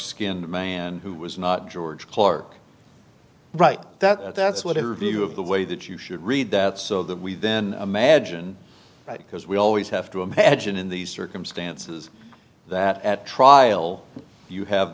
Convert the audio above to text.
skinned man who was not george clark right that that's what her view of the way that you should read that so that we then imagine because we always have to imagine in these circumstances that at trial you have